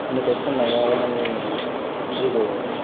मेथाय खननाइयाव माने जेबो